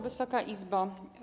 Wysoka Izbo!